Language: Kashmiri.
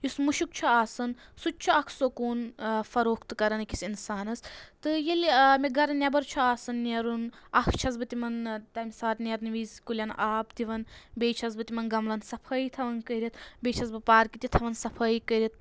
یُس مُشُک چھُ آسَان سُہ تہِ چھُ اَکھ سکوٗن فَروٚکھتہٕ کَرَان أکِس اِنسانَس تہٕ ییٚلہِ مےٚ گَرٕ نیٚبَر چھُ آسَن نَیرُن اَکھ چھَس بہٕ تِمَن تَمہِ ساتہٕ نَیٚرنہٕ وِزِ کُلؠن آب دِوَان بیٚیہِ چھَس بہٕ تِمَن گَملَن صفٲیی تھاوَان کٔرِتھ بیٚیہِ چھَس بہٕ پارکہِ تہِ تھاوَان صفٲیی کٔرِتھ